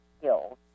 skills